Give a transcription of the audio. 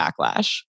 backlash